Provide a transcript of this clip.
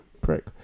prick